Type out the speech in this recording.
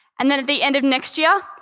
and then, at the end of next year,